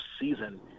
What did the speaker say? season